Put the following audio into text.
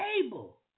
table